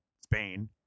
spain